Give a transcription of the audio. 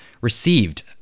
received